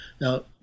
Now